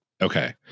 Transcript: Okay